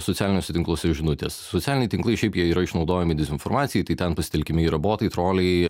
socialiniuose tinkluose žinutės socialiniai tinklai šiaip jie yra išnaudojami dezinformacijai tai ten pasitelkiami yra botai troliai